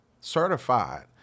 certified